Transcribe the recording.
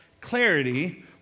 clarity